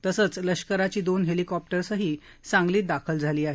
तसचं लष्कराची दोन हेलिकॉप्टरही सांगलीत दाखल झाली आहेत